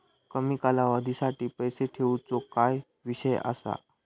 कमी कालावधीसाठी पैसे ठेऊचो काय विषय असा?